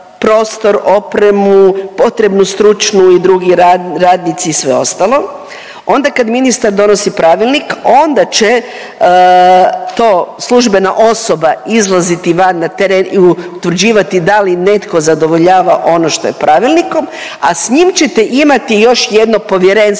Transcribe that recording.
prostor, opremu, potrebnu stručnu i drugi radnici i sve ostalo. Onda kad ministar donosi pravilnik onda će to službena osoba izlaziti van na teren i utvrđivati da li netko zadovoljava ono što je pravilnikom, a s njim ćete imati još jedno povjerenstvo